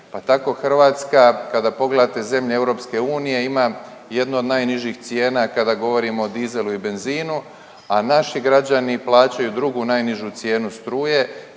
pa tako Hrvatska kada pogledate zemlje EU ima jednu od najnižih cijena kada govorimo o dizelu i benzinu, a naši građani plaćaju drugu najnižu cijenu struje